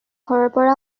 ঘৰৰ